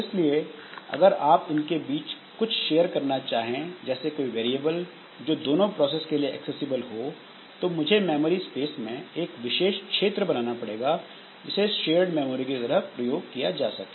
इसलिए अगर आप इनके बीच कुछ शेयर करना चाहे जैसे कोई वेरिएबल जो दोनों प्रोसेस के लिए एक्सेसिबल हो तो मुझे मेमोरी स्पेस में एक विशेष क्षेत्र बनाना पड़ेगा जिसे शेयर्ड मेमोरी की तरह प्रयोग किया जा सके